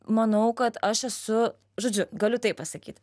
manau kad aš esu žodžiu galiu taip pasakyt